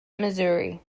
missouri